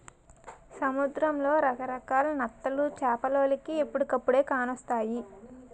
సముద్రంలో రకరకాల నత్తలు చేపలోలికి ఎప్పుడుకప్పుడే కానొస్తాయి